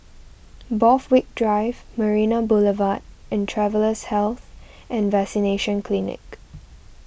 Borthwick Drive Marina Boulevard and Travellers' Health and Vaccination Clinic